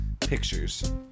pictures